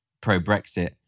pro-Brexit